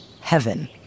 heaven